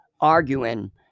arguing